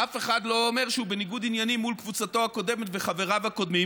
אף אחד לא אומר שהוא בניגוד עניינים מול קבוצתו הקודמת וחבריו הקודמים,